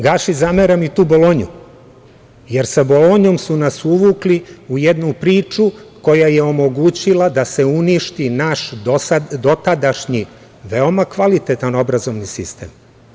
Gaši zameram i tu Bolonju, jer sa Bolonjom su nas uvukli u jednu priču koja je omogućila da se uništi naš dotadašnji veoma kvalitetan obrazovni sistem.